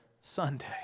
Sunday